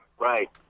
right